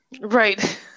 Right